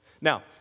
Now